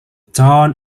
town